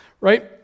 right